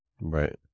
Right